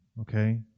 okay